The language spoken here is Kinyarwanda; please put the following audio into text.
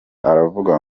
aravuga